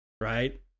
right